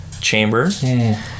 chamber